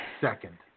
second